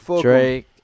Drake